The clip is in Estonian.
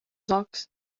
saaks